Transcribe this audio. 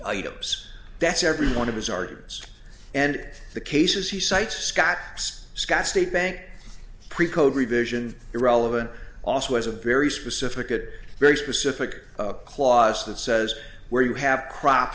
item that's every one of his arguments and the cases he cites scott it's scott state bank pre code revision irrelevant also has a very specific a very specific clause that says where you have crop